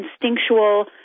instinctual